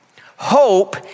Hope